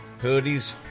hoodies